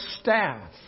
staff